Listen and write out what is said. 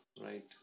Right